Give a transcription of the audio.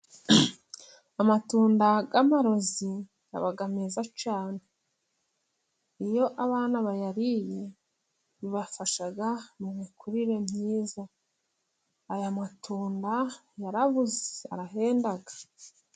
Amatunda y'amarozi aba meza cyane. Iyo abana bayariye bibafasha mu mikurire myiza. Aya matunda yarabuze, arahenda.